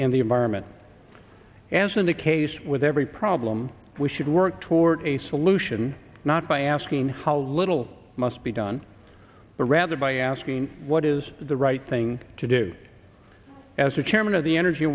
and the environment as in the case with every problem we should work toward a solution not by asking how little must be done but rather by asking what is the right thing to do as a chairman of the energy